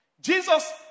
Jesus